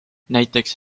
näiteks